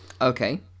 Okay